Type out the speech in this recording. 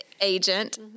agent